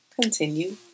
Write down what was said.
Continue